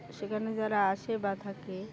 সেখানে যারা আসে বা থাকে